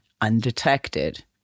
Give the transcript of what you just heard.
undetected